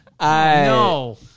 No